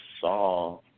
saw